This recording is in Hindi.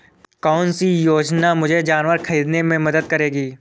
कौन सी योजना मुझे जानवर ख़रीदने में मदद करेगी?